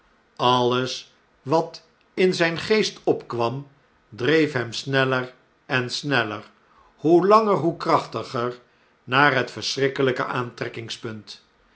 alles wat in zp geest opkwam dreef hem sneller en sneller hoe langer hoe krachtiger naar het verschrikkelpe aantrekkingspunt